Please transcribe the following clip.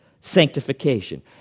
Sanctification